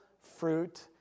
fruit